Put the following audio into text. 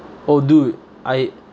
oh dude I